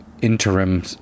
interim